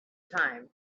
time